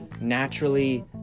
naturally